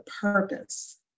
purpose